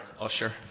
Usher